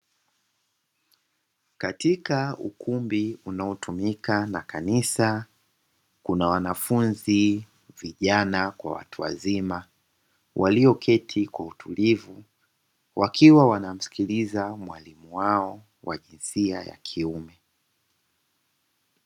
Katika ukumbi unaotumika na kanisa, kuna wanafunzi vijana kwa watu wazima, walioketi kwa utulivu wakiwa wanamsikiliza mwalimu wao wa jinsia ya kiume.